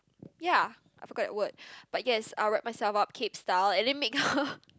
ya I forgot it would but yes I'll wrap myself up cape style and then make her